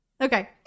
Okay